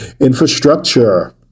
Infrastructure